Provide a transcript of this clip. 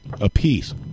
apiece